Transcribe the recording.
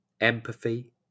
empathy